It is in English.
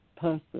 person